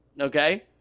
okay